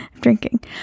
Drinking